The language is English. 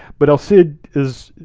but el cid is,